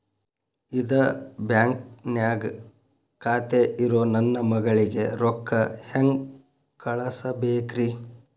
ಇದ ಬ್ಯಾಂಕ್ ನ್ಯಾಗ್ ಖಾತೆ ಇರೋ ನನ್ನ ಮಗಳಿಗೆ ರೊಕ್ಕ ಹೆಂಗ್ ಕಳಸಬೇಕ್ರಿ?